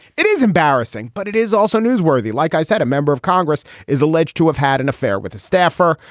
it is embarrassing but it is also newsworthy like i said a member of congress is alleged to have had an affair with a staffer.